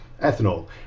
ethanol